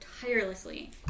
tirelessly